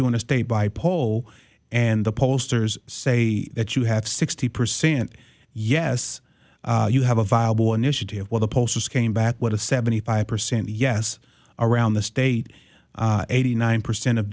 to stay by poll and the pollsters say that you have sixty percent yes you have a viable initiative while the pollsters came back with a seventy five percent yes around the state eighty nine percent of